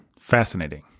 Fascinating